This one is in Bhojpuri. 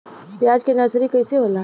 प्याज के नर्सरी कइसे होला?